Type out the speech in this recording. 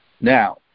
Now